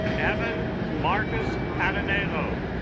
evan marcus adonai low